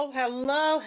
hello